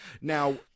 Now